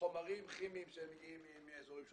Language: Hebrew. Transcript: חומרים כימיים שמגיעים מאזורים שונים.